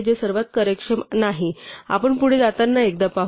हे सर्वात कार्यक्षम नाही आपण पुढे जाताना एकदा पाहू